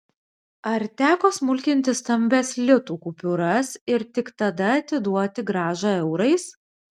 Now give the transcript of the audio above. ar teko smulkinti stambias litų kupiūras ir tik tada atiduoti grąžą eurais